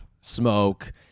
smoke